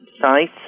sites